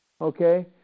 Okay